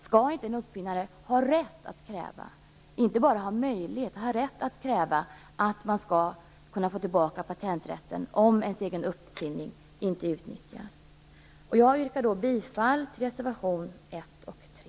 Skall inte en uppfinnare ha rätt, och inte bara möjlighet, att kräva att få tillbaka patenträtten om hans egen uppfinning inte utnyttjas? Jag yrkar bifall till reservationerna 1 och 3.